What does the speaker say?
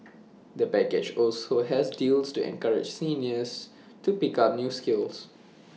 the package also has deals to encourage seniors to pick up new skills